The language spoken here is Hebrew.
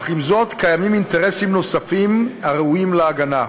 אך עם זאת, קיימים אינטרסים נוספים הראויים להגנה,